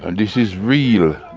and this is real.